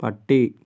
പട്ടി